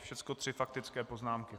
Všechny tři faktické poznámky.